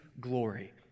glory